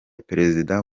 perezida